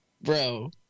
Bro